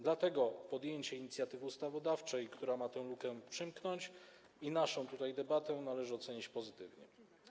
Dlatego podjęcie inicjatywy ustawodawczej, która ma tę lukę przymknąć, i naszą tutaj debatę należy ocenić pozytywnie.